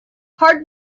hard